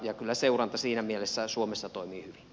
kyllä seuranta siinä mielessä suomessa toimii hyvin